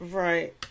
right